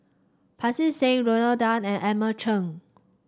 Pancy Seng Rodney Tan and Edmund Chen